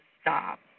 stop